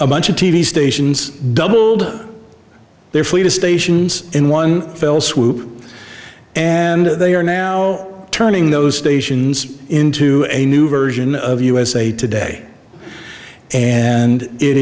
a bunch of t v stations doubled their fleet of stations in one fell swoop and they are now turning those stations into a new version of usa today and it